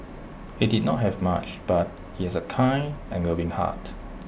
he did not have much but he has A kind and loving heart